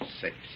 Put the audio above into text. six